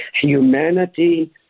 humanity